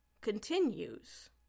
continues